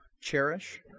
Cherish